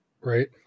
right